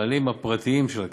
הבעלים הפרטיים של הקרקע,